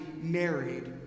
married